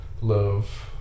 love